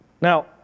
Now